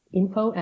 info